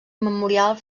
memorial